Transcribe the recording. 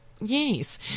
Yes